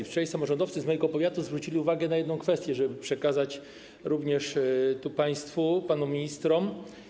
Wczoraj samorządowcy z mojego powiatu zwrócili uwagę na jedną kwestię, prosząc, żeby przekazać to również państwu, panom ministrom.